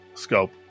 Scope